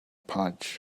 perch